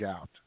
out